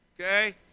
okay